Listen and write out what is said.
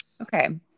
Okay